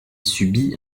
subit